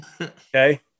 okay